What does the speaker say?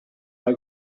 pas